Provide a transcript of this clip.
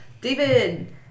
David